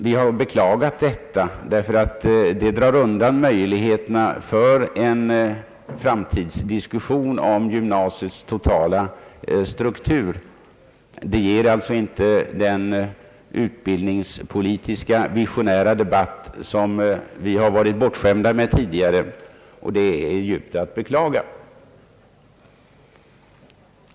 Vi har beklagat detta, därför att det drar undan möjligheterna för en framtidsdiskussion om gymnasiets totala struktur; det ger inte möjlighet till den visionära utbildningspolitiska debatt som vi har varit bortskämda med tidigare, vilket är att djupt beklaga.